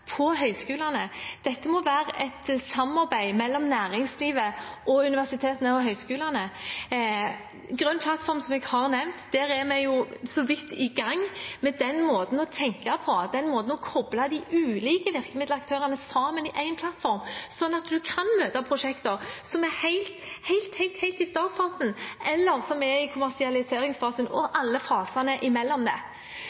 være et samarbeid mellom næringslivet og universitetene og høyskolene. Med Grønn plattform, som jeg har nevnt, er vi så vidt i gang med den måten å tenke på, den måten å koble de ulike virkemiddelaktørene sammen i én plattform på, sånn at en kan møte prosjekter som er helt i startfasen, i kommersialiseringsfasen og i alle fasene mellom. Jeg er